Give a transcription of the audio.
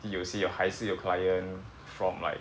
有些还是有 client from like